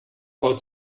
baut